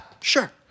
sure